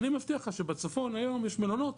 אני מבטיח לך שבצפון היום יש מלונות